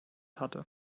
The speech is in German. hatte